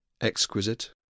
exquisite